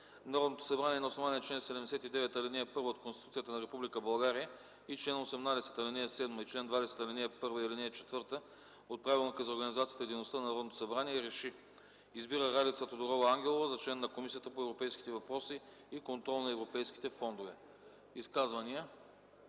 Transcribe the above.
Народното събрание на основание чл. 79, ал. 1 от Конституцията на Република България и чл. 18, ал. 7 и чл. 20, ал. 1 и ал. 4 от Правилника за организацията и дейността на Народното събрание РЕШИ: Избира Ралица Тодорова Ангелова за член на Комисията по европейските въпроси и контрол на европейските фондове.” Изказвания?